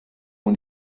own